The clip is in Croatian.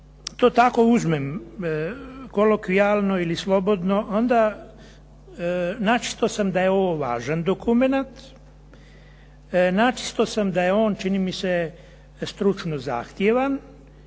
to tako uzmem kolokvijalno ili slobodno, onda načisto sam da je ovo važan dokument, načisto sam da je on, čini mi se stručno zahtjevan,